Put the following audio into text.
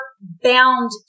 bound